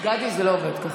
גדי, זה לא עובד ככה.